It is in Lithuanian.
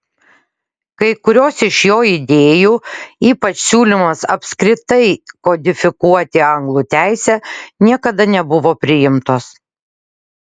kai kurios iš jo idėjų ypač siūlymas apskritai kodifikuoti anglų teisę niekada nebuvo priimtos